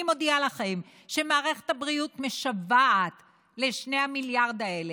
אני מודיעה לכם שמערכת הבריאות משוועת ל-2 מיליארד האלה,